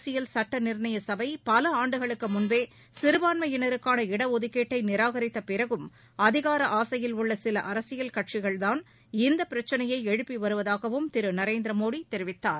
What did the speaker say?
அரசியல் சட்ட நிர்ணய சபை பல ஆண்டுகளுக்கு முன்பே சிறுபான்மையினருக்கான இட ஒதுக்கீட்டை நிராகரித்த பிறகும் அதிகார ஆசையில் உள்ள சில அரசியல் கட்சிகள்தான் இந்தப் பிரச்னையை எழுப்பி வருவதாகவும் திரு நரேந்திர மோடி தெரிவித்தார்